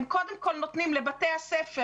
קודם כול נותנים לבתי הספר הכוללניים.